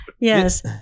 Yes